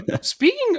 Speaking